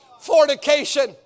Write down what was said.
fornication